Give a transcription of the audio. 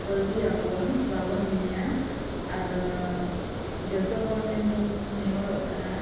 ᱵᱟᱹᱜᱤᱭᱟ ᱵᱚᱱ ᱵᱟᱵᱚᱱ ᱧᱩᱭᱟ ᱟᱨ ᱡᱷᱚᱛᱚ ᱦᱚᱲ ᱴᱷᱮᱱ ᱜᱤᱧ ᱱᱮᱦᱚᱨᱚᱜ ᱠᱟᱱᱟ